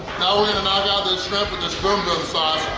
now we're going to knock out this shrimp with this boom-boom sauce.